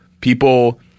people